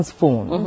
phone